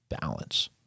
balance